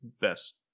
best